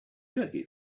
turkey